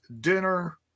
dinner